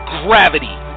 gravity